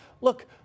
Look